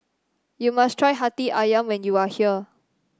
you must try Hati ayam when you are here